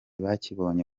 bakibonye